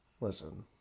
Listen